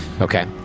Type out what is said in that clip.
Okay